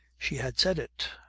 she had said it!